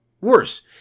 Worse